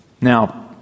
now